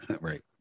right